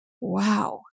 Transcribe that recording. wow